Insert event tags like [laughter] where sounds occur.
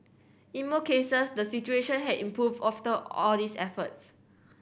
in more cases the situation had improved [unintelligible] all these efforts